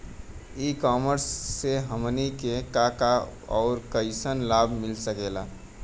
ई कॉमर्स से हमनी के का का अउर कइसन लाभ मिल सकेला?